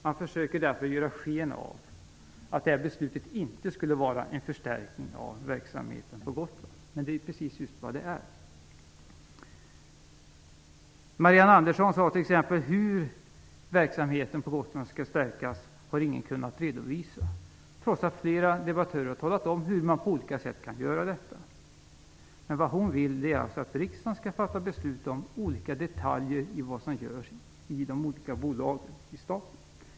Man försöker därför ge sken av att det här beslutet inte innebär en förstärkning av verksamheten på Gotland, men det är just vad det gör. Marianne Andersson sade t.ex. att ingen har kunnat redovisa hur verksamheten på Gotland skall stärkas. Ändå har flera debattörer talat om hur man på olika sätt kan göra det. Vad Marianne Andersson vill är att riksdagen fattar beslut om olika detaljer när det gäller vad som görs i de olika statliga bolagen.